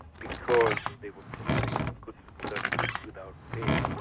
because they were providing goods and services without pay.